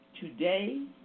Today